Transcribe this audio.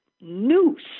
noose